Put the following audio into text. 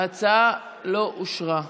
ההצעה לא אושרה.